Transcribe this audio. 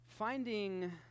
Finding